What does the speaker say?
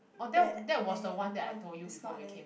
oh that that was the one that I told you before we came